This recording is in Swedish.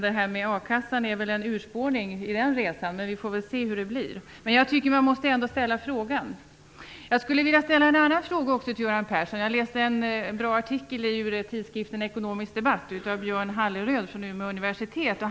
Det här med a-kassan är väl en urspårning i den resan, men vi får väl se hur det blir. Jag tycker ändå att man måste ställa frågan. Jag skulle också vilja ställa en annan fråga till Göran Persson. Jag läste en bra artikel ur tidskriften Ekonomisk Debatt av Björn Halleröd från Umeå universitet.